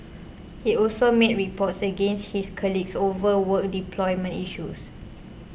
he also made reports against his colleagues over work deployment issues